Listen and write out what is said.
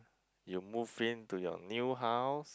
you move in to your new house